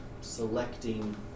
selecting